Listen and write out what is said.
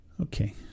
okay